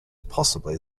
possibly